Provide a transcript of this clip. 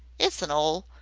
it's an ole,